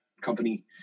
company